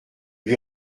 lui